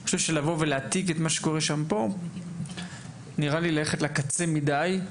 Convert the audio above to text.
אני חושב שלהעתיק את מה שקורה שם לפה זה ללכת לקצה מדי.